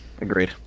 agreed